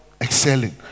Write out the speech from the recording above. excelling